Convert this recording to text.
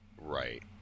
Right